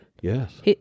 Yes